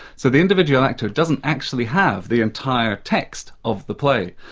so the individual actor doesn't actually have the entire text of the play.